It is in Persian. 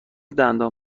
دندان